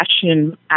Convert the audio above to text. fashion